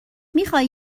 میخوای